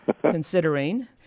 considering